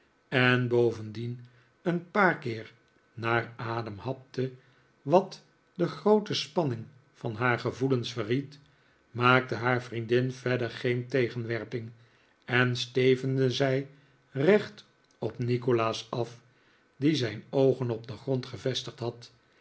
en bovendien een paar keer naar adem hapte wat de groote spanning van haar gevoelens verried maakte haar vriendin verder geen tegenwerping en stevenden zij recht op nikolaas af die zijn oogen op den grond gevestigd had